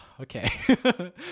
okay